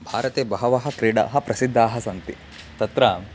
भारते बहवः क्रीडाः प्रसिद्धाः सन्ति तत्र